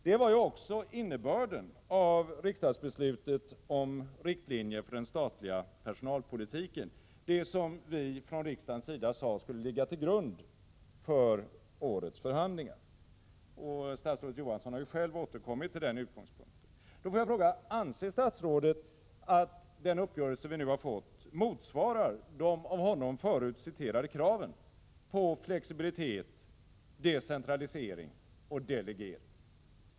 Det var också innebörden av riksdagsbeslutet om riktlinjer för den statliga personalpolitiken, som skulle ligga till grund för årets förhandlingar — statsrådet Johansson har själv återkommit till den utgångspunkten. Jag vill därför fråga: Anser statsrådet att den uppgörelse vi nu har fått motsvarar de av honom förut citerade kraven på flexibilitet, decentralisering och delegering?